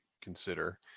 consider